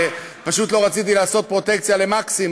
פשוט לא רציתי לעשות פרוטקציה למקסים,